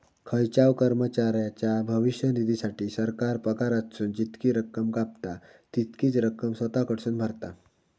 खायच्याव कर्मचाऱ्याच्या भविष्य निधीसाठी, सरकार पगारातसून जितकी रक्कम कापता, तितकीच रक्कम स्वतः कडसून भरता